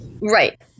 Right